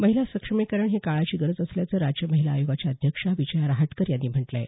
महिला सक्षमीकरण ही काळाची गरज असल्याचं राज्य महिला आयोगाच्या अध्यक्षा विजया रहाटकर यांनी म्हटलं आहे